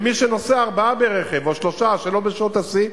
ומי שנוסע, ארבעה ברכב או שלושה שלא בשעות השיא,